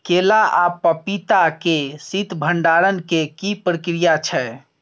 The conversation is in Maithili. केला आ पपीता के शीत भंडारण के की प्रक्रिया छै?